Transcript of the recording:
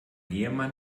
ehemann